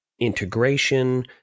integration